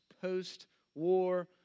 post-war